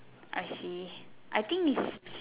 I see I think is